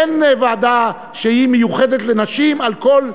אין ועדה שהיא מיוחדת לנשים על כל,